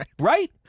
right